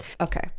Okay